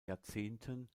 jahrzehnten